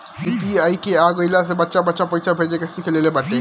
UPI के आ गईला से बच्चा बच्चा पईसा भेजे के सिख लेले बाटे